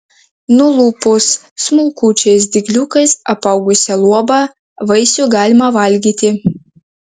nulupus smulkučiais dygliukais apaugusią luobą vaisių galima valgyti